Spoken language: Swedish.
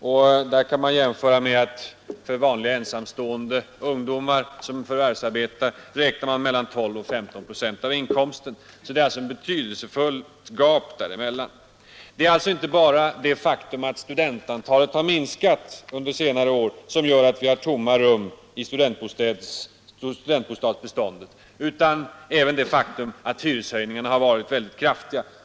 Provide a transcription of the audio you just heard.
Man kan jämföra med att för vanliga ensamstående ungdomar som förvärvsarbetar beräknas mellan 12 och 15 procent av inkomsten gå till hyra. Det är alltså ett stort gap däremellan. Det är inte bara det faktum att studentantalet har minskat under senare år som gör att vi har tomma rum i studentbostadsbeståndet, utan även det faktum att hyreshöjningarna har varit väldigt kraftiga.